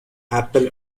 apple